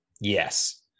Yes